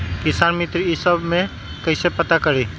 किसान मित्र ई सब मे कईसे पता करी?